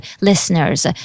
listeners